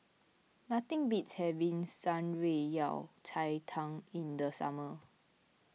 nothing beats having Shan Rui Yao Cai Tang in the summer